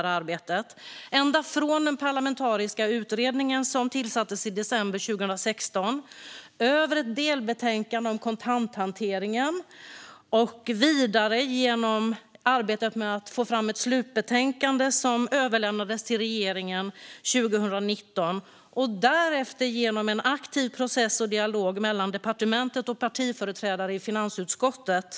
Det har varit ända från den parlamentariska utredningen som tillsattes i december 2016 och över ett delbetänkande om kontanthanteringen. Arbetet har gått vidare med att få fram ett slutbetänkande som överlämnades till regeringen 2019. Därefter har det skett genom en aktiv process och dialog mellan departementet och partiföreträdare i finansutskottet.